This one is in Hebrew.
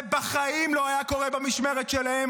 זה בחיים לא היה קורה במשמרת שלהם,